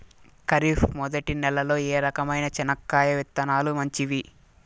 ఖరీఫ్ మొదటి నెల లో ఏ రకమైన చెనక్కాయ విత్తనాలు మంచివి